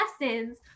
lessons